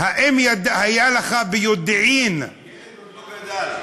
האם היה לך ביודעין, הילד עוד לא גדל.